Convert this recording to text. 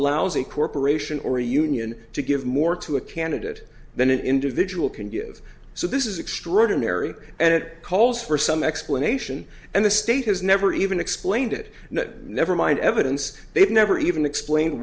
a corporation or a union to give more to a candidate than an individual can give so this is extraordinary and it calls for some explanation and the state has never even explained it never mind evidence they've never even explain